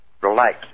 relax